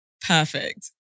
Perfect